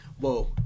whoa